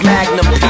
Magnum